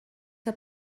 que